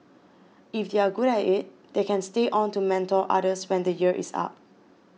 if they are good at it they can stay on to mentor others when the year is up